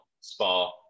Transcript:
spa